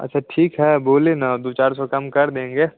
अच्छा ठीक है बोले न दो चार सौ कम देंगे